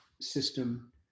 system